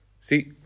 See